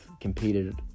competed